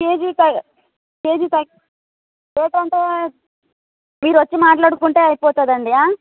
KG పై KG పై రేటంటే మీరొచ్చి మాట్లాడుకుంటే అయిపోతుందండి